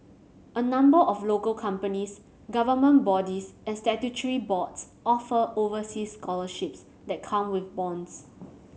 a number of local companies government bodies and statutory boards offer overseas scholarships that come with bonds